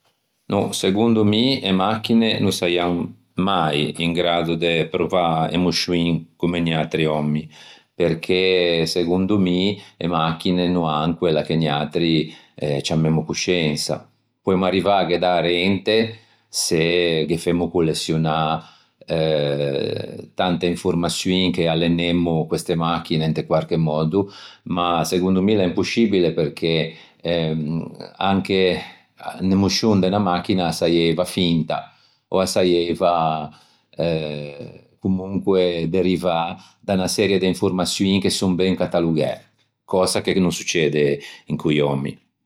No, segondo mi e machine no saian mai in graddo de provâ emoscioin comme noiatri òmmi perché segondo mi e machine no an quella che noiatri ciamemmo cosciensa. Poemmo arrivâghe da arente se ghe femmo colleçionâ eh tante informaçioin che allenemmo queste machine inte quarche mòddo ma segondo mi l'é imposcibile perché ehm anche unn'emoscion de unna machina a saieiva finta ò a saieiva eh comonque derivâ da 'na serie de informaçioin che son ben catalogæ, cösa che no succede co-i òmmi.